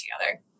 together